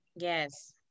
Yes